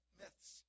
myths